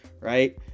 Right